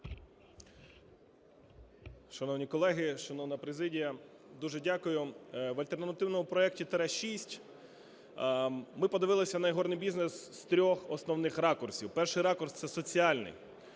Шановні колеги, шановна президія, дуже дякую. В альтернативному проекті 2285-6 ми подивилися на ігорний бізнес з трьох основних ракурсів. Перший ракурс – це соціальний.